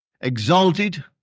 exalted